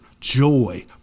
joy